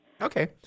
Okay